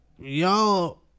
y'all